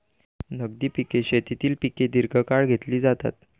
नगदी पिके शेतीतील पिके दीर्घकाळ घेतली जातात